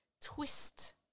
twist